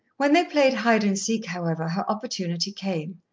when they played hide-and-seek, however, her opportunity came.